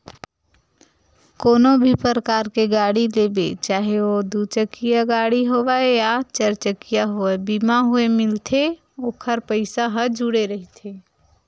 कोनो भी परकार के गाड़ी लेबे चाहे ओहा दू चकिया गाड़ी होवय या चरचकिया होवय बीमा होय मिलथे ओखर पइसा ह जुड़े रहिथे